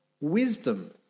wisdom